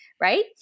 right